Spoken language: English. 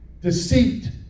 deceit